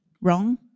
wrong